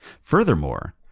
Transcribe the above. Furthermore